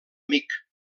amic